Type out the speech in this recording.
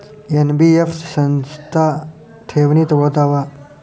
NBF ಸಂಸ್ಥಾ ಠೇವಣಿ ತಗೋಳ್ತಾವಾ?